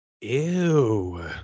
Ew